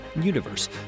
Universe